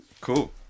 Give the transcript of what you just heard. Cool